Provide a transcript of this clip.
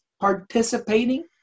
participating